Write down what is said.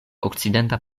okcidenta